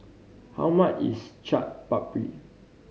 how much is Chaat Papri